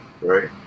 right